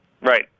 Right